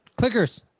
Clickers